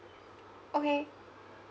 okay